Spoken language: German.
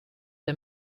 der